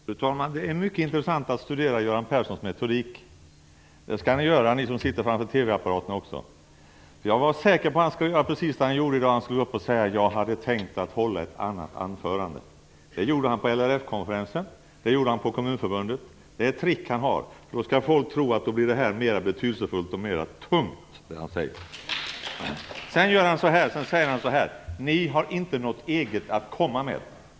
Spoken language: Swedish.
Fru talman! Det är mycket instressant att studera Göran Perssons metodik. Det skall ni som sitter framför TV-apparaterna också göra. Jag var säker på att han skulle göra det han gjorde i dag, nämligen gå upp och säga: Jag hade tänkt att hålla ett annat anförande. Det gjorde han på LRF-konferensen på Kommunförbundet. Det är ett trick han har för att folk skall tro att det han säger blir tyngre och mer betydelsefullt. Sedan säger han: Ni har inget eget att komma med.